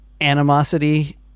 animosity